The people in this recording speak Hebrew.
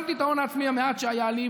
שמתי את ההון העצמי המעט שהיה לי,